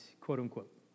quote-unquote